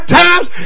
times